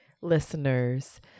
listeners